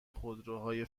خودروهای